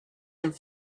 and